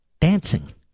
dancing